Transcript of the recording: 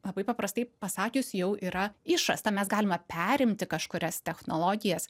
labai paprastai pasakius jau yra išrasta mes galime perimti kažkurias technologijas